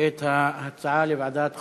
את ההצעה לוועדת חוקה,